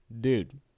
dude